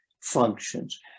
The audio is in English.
functions